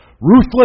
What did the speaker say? Ruthless